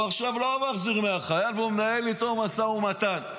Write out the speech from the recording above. הוא לא מחזיר לחייל, והוא מנהל איתו משא ומתן.